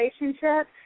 relationship